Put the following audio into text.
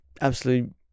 absolute